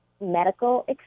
medical